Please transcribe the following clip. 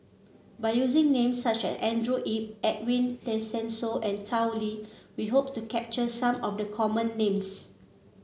by using names such as Andrew Yip Edwin Tessensohn and Tao Li we hope to capture some of the common names